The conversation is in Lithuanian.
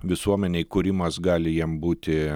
visuomenėj kūrimas gali jiem būti